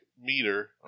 meter